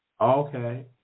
Okay